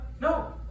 No